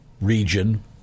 region